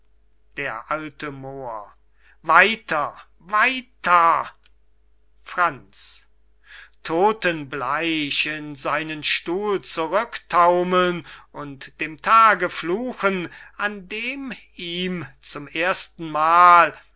d a moor weiter weiter franz todtenbleich in seinen stuhl zurücktaumeln und dem tage fluchen an dem ihm zum erstenmal